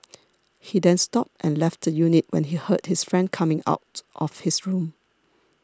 he then stopped and left the unit when he heard his friend coming out of his room